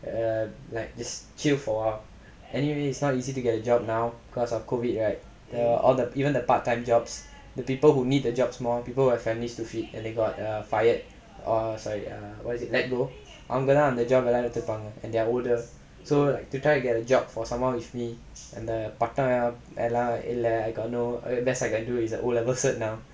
uh like just chill for awhile anyway it's not easy to get a job now because of COVID right all the even the part time jobs there are people who need the jobs more people who have families to feed and they got err fired or sorry what is it அவங்கதா அந்த:avangathaa antha job எல்லாம் எடுத்துருப்பாங்க:ellaam eduthuruppaanga:ellaam and they are older so like to try a get a job for someone is be அந்த பட்டம் யெல்லாம் இல்ல:antha pattam yellaam illa best I can do is O level cert now